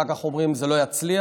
אחר כך אומרים: זה לא יצליח.